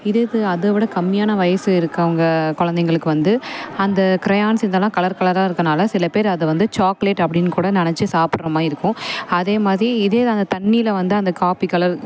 இதே இது அதைவிட கம்மியான வயது இருக்கிறவங்க கொழந்தைங்களுக்கு வந்து அந்த கிரையான்ஸ் இதெலாம் கலர் கலராக இருக்கனால் சிலபேர் அதை வந்து சாக்லேட் அப்படினுகூட நினைச்சி சாப்பிட்ற மாதிரி இருக்கும் அதே மாதிரி இதே அதை தண்ணியில் வந்து அந்த காப்பி கலர்